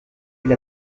elle